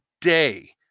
day